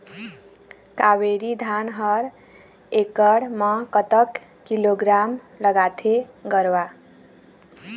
कावेरी धान हर एकड़ म कतक किलोग्राम लगाथें गरवा?